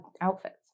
outfits